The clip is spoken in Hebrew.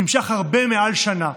נמשך הרבה מעל שנה.